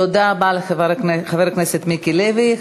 תודה רבה לחבר הכנסת מיקי לוי.